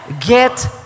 get